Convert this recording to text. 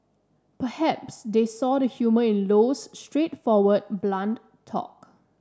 perhaps they saw the humour in Low's straightforward blunt talk